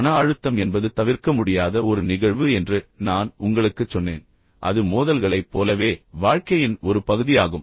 மன அழுத்தம் என்பது தவிர்க்க முடியாத ஒரு நிகழ்வு என்று நான் உங்களுக்குச் சொன்னேன் அது மோதல்களைப் போலவே வாழ்க்கையின் ஒரு பகுதியாகும்